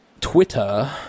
Twitter